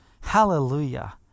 Hallelujah